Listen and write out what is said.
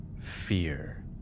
Fear